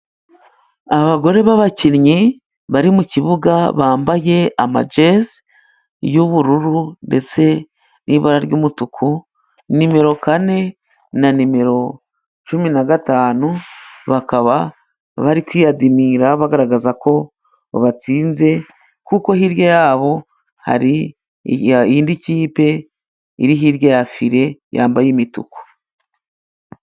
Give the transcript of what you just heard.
Abagore b'abakinnyi bari mu kibuga bambaye amajezi y'ubururu ndetse n'ibara ry'umutuku ,nimero kane na nimero cumi na gatanu bakaba bari kwiyadimira, bagaragaza ko batsinze, kuko hirya yabo, hari indi kipe iri hirya ya fire yambaye imituku.